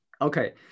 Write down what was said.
Okay